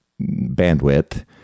bandwidth